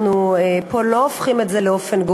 אנחנו פה לא הופכים את זה לגורף.